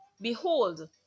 Behold